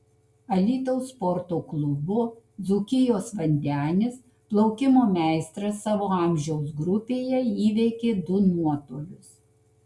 alytaus sporto klubo dzūkijos vandenis plaukimo meistras savo amžiaus grupėje įveikė du nuotolius